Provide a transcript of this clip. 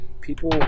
people